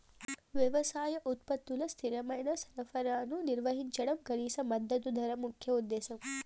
వ్యవసాయ ఉత్పత్తుల స్థిరమైన సరఫరాను నిర్వహించడం కనీస మద్దతు ధర ముఖ్య ఉద్దేశం